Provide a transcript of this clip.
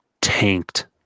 tanked